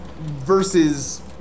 versus